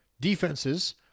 defenses